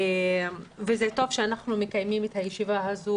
וזה טוב שאנחנו מקיימים את הישיבה הזו,